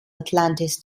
atlantis